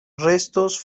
restos